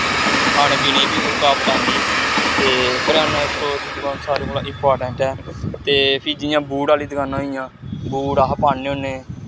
खाने पीने दी बी रकावट आंदी ते करेआने दे स्टोर दी दकान सारें कोला इंपार्टैंट ऐ ते फ्ही जि'यां बूट आह्ली दकानां होई गेइयां बूट अस पान्ने होन्ने